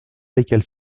lesquels